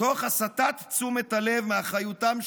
תוך הסטת תשומת הלב מאחריותם-שלהם